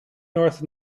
north